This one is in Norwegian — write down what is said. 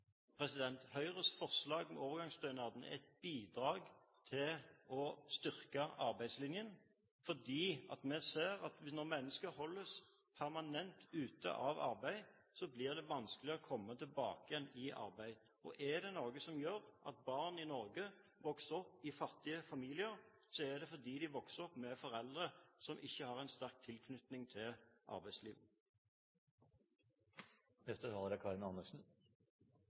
Høyres forslag. Høyres forslag når det gjelder overgangsstønaden, er et bidrag til å styrke arbeidslinjen, for vi ser at når mennesker holdes permanent utenfor arbeidslivet, blir det vanskeligere å komme tilbake i arbeid. Er det noe som gjør at barn i Norge vokser opp i fattige familier, så er det det at de vokser opp med foreldre som ikke har en sterk tilknytning til arbeidslivet. Representanten Karin Andersen